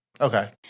Okay